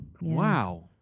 Wow